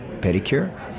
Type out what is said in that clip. pedicure